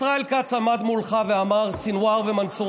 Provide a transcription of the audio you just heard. ישראל כץ עמד מולך ואמר: סנוואר ומנסור,